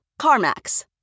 CarMax